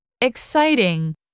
Exciting